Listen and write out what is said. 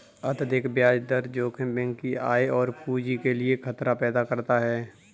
अत्यधिक ब्याज दर जोखिम बैंक की आय और पूंजी के लिए खतरा पैदा करता है